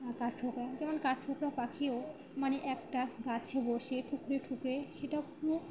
কাঠঠোকরা যেমন কাঠঠোকরা পাখিও মানে একটা গাছে বসে ঠুকরে ঠুকরে সেটাও খুব